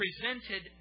presented